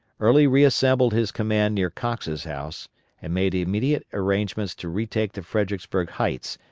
early reassembled his command near cox's house and made immediate arrangements to retake the fredericksburg heights,